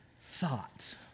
thought